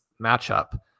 matchup